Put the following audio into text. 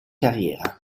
carriera